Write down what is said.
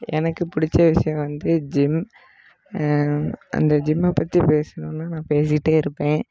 எனக்கு பிடிச்ச விஷயம் வந்து ஜிம் அந்த ஜிம்மை பற்றி பேசணுன்னால் நான் பேசிகிட்டே இருப்பேன்